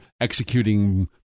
executing